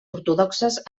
ortodoxes